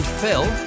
Phil